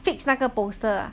fix 那个 poster